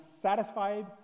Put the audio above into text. satisfied